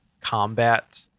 combat